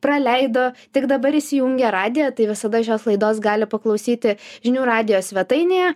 praleido tik dabar įsijungė radiją tai visada šios laidos gali paklausyti žinių radijo svetainėje